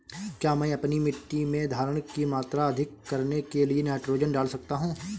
क्या मैं अपनी मिट्टी में धारण की मात्रा अधिक करने के लिए नाइट्रोजन डाल सकता हूँ?